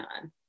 on